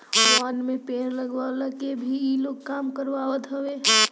वन में पेड़ लगवला के काम भी इ लोग करवावत हवे